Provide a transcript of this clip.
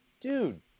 dude